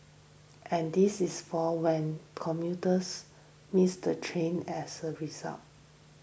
and this is for when commuters miss the train as a result